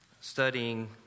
studying